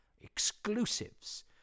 exclusives